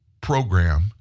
program